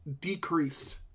decreased